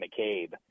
McCabe